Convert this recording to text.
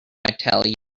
tell